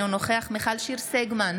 אינו נוכח מיכל שיר סגמן,